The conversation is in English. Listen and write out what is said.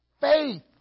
Faith